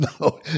No